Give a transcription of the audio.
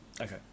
Okay